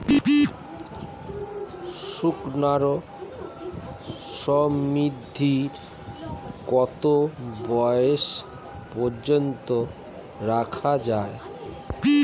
সুকন্যা সমৃদ্ধী কত বয়স পর্যন্ত করা যায়?